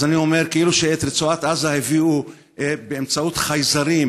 אז אני אומר שכאילו את רצועת עזה הביאו באמצעות חייזרים